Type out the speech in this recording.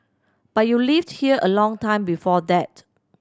but you lived here a long time before that